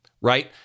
right